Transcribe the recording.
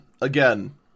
again